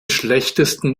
schlechtesten